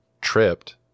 tripped